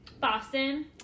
Boston